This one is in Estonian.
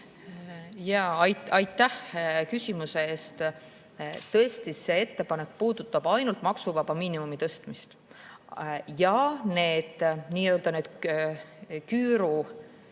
Aitäh küsimuse eest! Tõesti, see ettepanek puudutab ainult maksuvaba miinimumi tõstmist ja need nii-öelda küüru